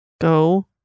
go